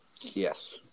Yes